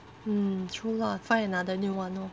mm true lah find another new one lor